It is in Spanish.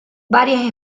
varias